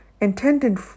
intended